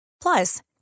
Plus